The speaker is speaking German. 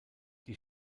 die